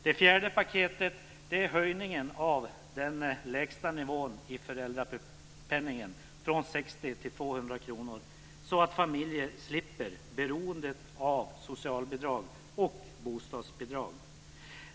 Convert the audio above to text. Det fjärde paketet gäller höjningen av den lägsta nivån i föräldrapenningen från 60 kr till 200 kr, så att familjer slipper vara beroende av socialbidrag och bostadsbidrag.